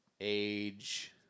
age